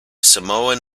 samoan